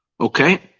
Okay